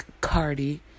Cardi